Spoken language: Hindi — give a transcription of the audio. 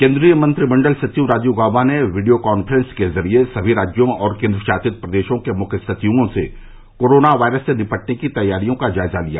केन्द्रीय मंत्रिमण्डल सचिव राजीव गॉबा ने वीडियो कॉन्फ्रेंस के ज़रिए सभी राज्यों और केन्द्रशासित प्रदेशों के मुख्य सचियों से कोरोना वायरस से निपटने की तैयारियों का जायज़ा लिया